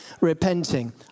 repenting